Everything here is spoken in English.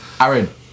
Aaron